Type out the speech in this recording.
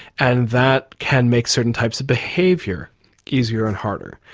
and that can make certain types of behaviour easier and harder.